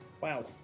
Wow